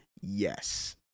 yes